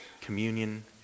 communion